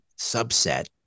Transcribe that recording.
subset